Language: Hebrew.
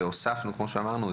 והוספנו את